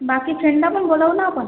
बाकी फ्रेंडला पण बोलावू ना आपण